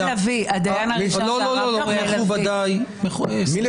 לא, לא, בתיה, לא, מכובדיי --- הרב